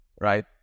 right